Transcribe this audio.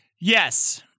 Yes